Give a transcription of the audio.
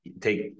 take